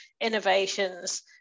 innovations